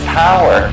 power